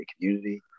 community